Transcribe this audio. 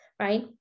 right